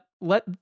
let